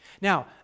Now